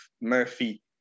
Murphy